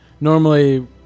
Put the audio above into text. normally